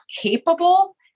capable